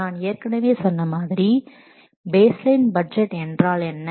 நான் ஏற்கனவே சொன்ன மாதிரி பேஸ் லைன் பட்ஜெட் என்றால் என்ன